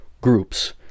groups